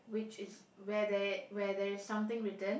which is where there where there is something written